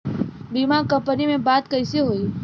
बीमा कंपनी में बात कइसे होई?